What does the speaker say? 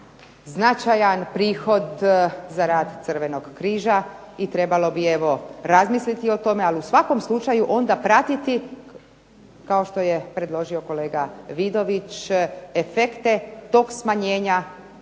značajan prihod za rad Crvenog križa i trebalo bi evo razmisliti o tome, ali u svakom slučaju onda pratiti, kao što je predložio kolega Vidović, efekte tog smanjenja pa